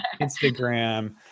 instagram